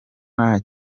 nta